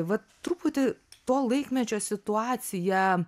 vat truputį to laikmečio situaciją